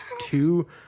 two